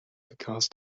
because